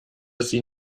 sie